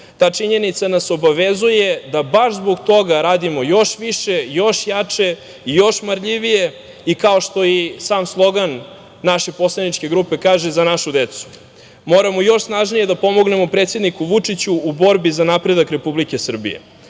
Ta činjenica nas obavezuje da baš zbog toga radimo još više, još jače, još marljivije i, kao što i sam slogan naše poslaničke grupe kaže, za našu decu. Moramo još snažnije da pomognemo predsedniku Vučiću u borbi za napredak Republike Srbije. Zbog